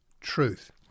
truth